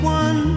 one